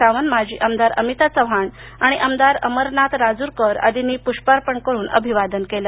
सावंत माजी आमदार आमिता चव्हाण आणि आमदार अमरनाथ राजूरकर आदींनी पुष्प अर्पण करून अभिवादन केलं